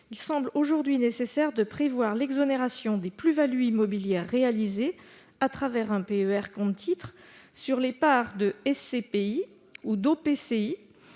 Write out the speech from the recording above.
il semble aujourd'hui nécessaire de prévoir l'exonération des plus-values immobilières réalisées, à travers un PER compte-titres, sur les parts de sociétés